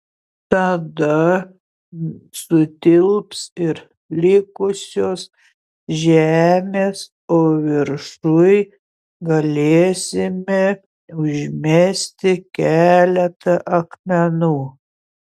tada sutilps ir likusios žemės o viršuj galėsime užmesti keletą akmenų